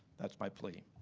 that's my plea,